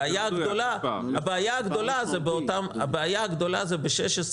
הבעיה הגדולה זה ב-16,